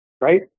right